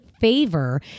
favor